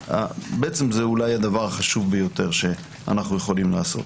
זה אולי הדבר החשוב ביותר שאנו יכולים לעשות.